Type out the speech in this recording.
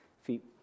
feet